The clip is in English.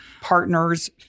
partners